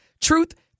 Truth